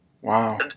Wow